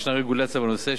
יש רגולציה בנושא,